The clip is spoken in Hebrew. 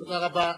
תודה רבה.